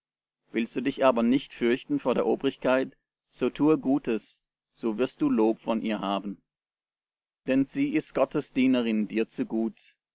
willst du dich aber nicht fürchten vor der obrigkeit so tue gutes so wirst du lob von ihr haben denn sie ist gottes dienerin dir zu gut